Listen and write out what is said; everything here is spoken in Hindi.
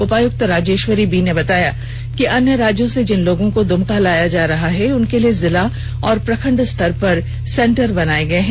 उपायुक्त राजेश्वरी बी ने बताया कि अन्य राज्यों से जिन लोगों को दुमका लाया जा रहा है उनके लिए जिला और प्रखंड स्तर पर सेंटर बनाये गये है